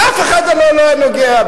אף אחד לא היה נוגע.